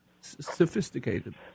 sophisticated